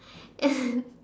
and